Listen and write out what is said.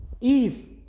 Eve